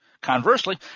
Conversely